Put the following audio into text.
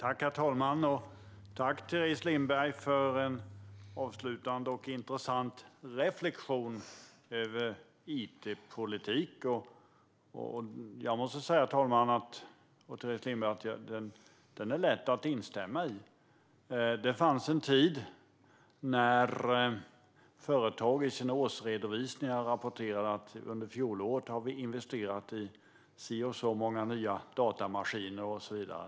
Herr talman! Tack, Teres Lindberg, för en avslutande och intressant reflektion över it-politiken! Jag måste säga att det är lätt att instämma i den reflektionen. Det fanns en tid när företag i sina årsredovisningar rapporterade att under fjolåret investerade företaget i si och så många nya datamaskiner och så vidare.